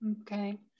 okay